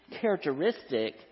characteristic